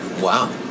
Wow